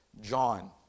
John